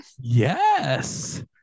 Yes